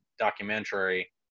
documentary